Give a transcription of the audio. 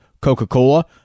Coca-Cola